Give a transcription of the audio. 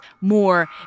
more